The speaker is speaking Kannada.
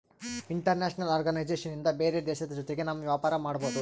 ಇಂಟರ್ನ್ಯಾಷನಲ್ ಆರ್ಗನೈಸೇಷನ್ ಇಂದ ಬೇರೆ ದೇಶದ ಜೊತೆಗೆ ನಮ್ ವ್ಯಾಪಾರ ಮಾಡ್ಬೋದು